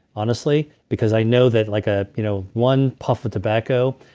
honestly, because i know that like ah you know one puff of tobacco.